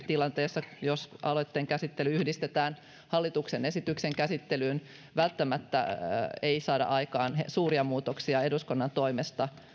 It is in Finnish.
tilanteessa jos aloitteen käsittely yhdistetään hallituksen esityksen käsittelyyn välttämättä saada aikaan suuria muutoksia eduskunnan toimesta